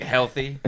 Healthy